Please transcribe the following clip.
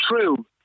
true